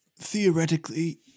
Theoretically